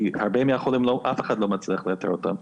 כי הרבה מהחולים אף אחד לא מצליח לאתר אותם.